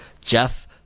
jeff